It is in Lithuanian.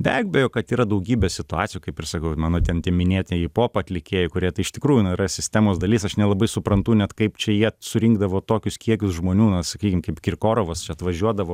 be abejo kad yra daugybė situacijų kaip ir sakau ir mano ten tie minėtieji pop atlikėjai kurie tai iš tikrųjų na yra sistemos dalis aš nelabai suprantu net kaip čia jie surinkdavo tokius kiekius žmonių na sakykim kaip kirkorovas čia atvažiuodavo